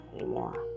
anymore